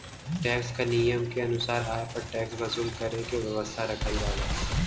tax क नियम के अनुसार आय पर टैक्स वसूल करे क व्यवस्था रखल जाला